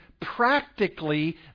practically